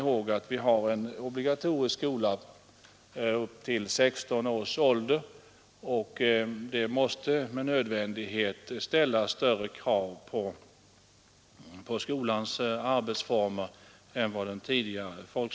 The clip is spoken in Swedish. Högst skiftande orsaker kan som bekant föreligga.